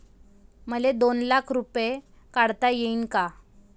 मले दोन लाख रूपे काढता येईन काय?